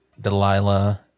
Delilah